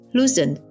Loosen